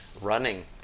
Running